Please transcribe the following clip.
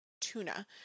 tuna